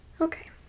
Okay